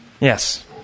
Yes